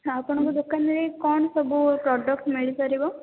ଆପଣଙ୍କ ଦୋକାନରେ କ'ଣ ସବୁ ପ୍ରଡକ୍ଟ ମିଳିପାରିବ